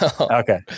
Okay